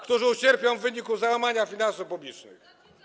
którzy ucierpią w wyniku załamania finansów publicznych.